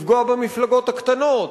לפגוע במפלגות הקטנות,